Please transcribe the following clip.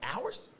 Hours